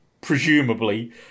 presumably